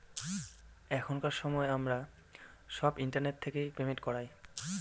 এখনকার সময় আমরা সব ইন্টারনেট থেকে পেমেন্ট করায়